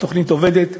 התוכנית עובדת.